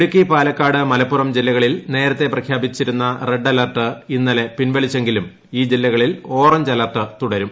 ഇടുക്കി പാലക്കാട് മലപ്പുറം ജില്ലകളിൽ നേരത്തെ പ്രഖ്യാപിച്ചിരുന്ന റെഡ് അലേർട്ട് ഇന്നലെ പിൻവലിച്ചെങ്കിലും ഈ ജില്ലകളിൽ ഓറഞ്ച് അലേർട്ട് തുടരും